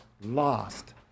lost